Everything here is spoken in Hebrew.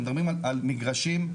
מדברים על מגרשים,